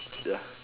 ya